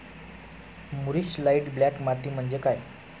मूरिश light black माती म्हणजे काय?